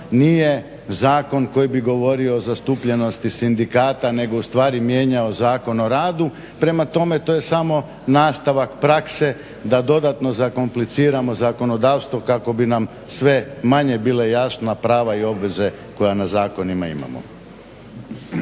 nije zakon koji bi govorio o zastupljenosti sindikata nego u stvari mijenjao Zakon o radu. Prema tome, to je samo nastavak prakse da dodatno zakompliciramo zakonodavstvo kako bi nam sve manje bila jasna prava i obveze koja na zakonima imamo.